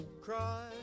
cry